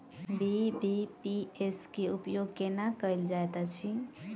BBPS केँ उपयोग केना कएल जाइत अछि?